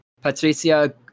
Patricia